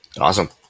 awesome